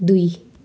दुई